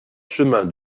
chemin